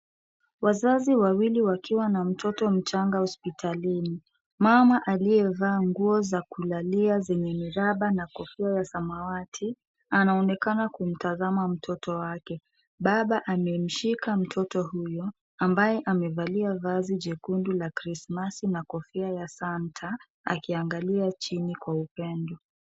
Wazazi wawili wakiwa na mtoto mchanga hospitalini. Mama aliye vaa nguo za kulalia zenye miraba na kofia ya samawati, anaonekana kumtazama mtoto wake. Baba amemshika mtoto huyo ambaye amevalia vazi jekundu la krismasi na kofia ya Santa. akiangalia chini kwa upendo.